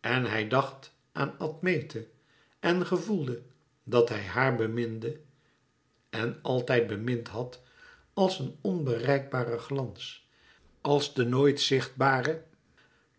en hij dacht aan admete en gevoelde dat hij haar beminde en altijd bemind had als een onbereikbare glans als de nooit bezitbare